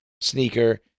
sneaker